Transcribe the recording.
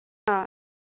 অঁ